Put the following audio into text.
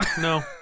No